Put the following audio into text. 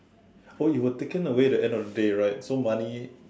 oh you were taken away the end of the day right so money